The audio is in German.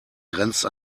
grenzt